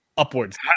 upwards